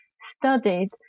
studied